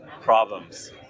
problems